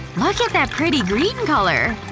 look at that pretty green color!